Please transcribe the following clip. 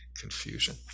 confusion